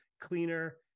cleaner